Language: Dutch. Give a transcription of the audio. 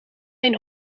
mijn